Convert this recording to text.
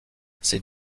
ces